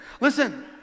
Listen